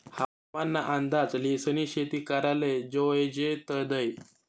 हवामान ना अंदाज ल्हिसनी शेती कराले जोयजे तदय